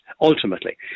ultimately